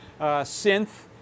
synth